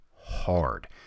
hard